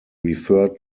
refer